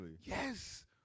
Yes